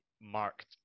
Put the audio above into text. marked